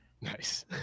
Nice